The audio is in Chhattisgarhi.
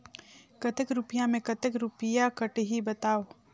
कतेक रुपिया मे कतेक रुपिया कटही बताव?